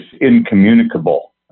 incommunicable